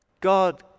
God